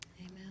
Amen